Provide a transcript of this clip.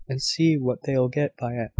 and see what they'll get by it!